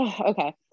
okay